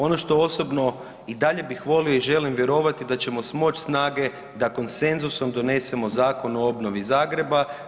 Ono što osobno i dalje bih volio i želim vjerovati da ćemo smoći snage da konsenzusom donesemo Zakon o obnovi Zagreba.